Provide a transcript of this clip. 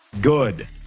good